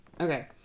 Okay